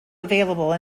available